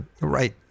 right